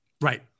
Right